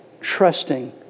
trusting